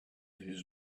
his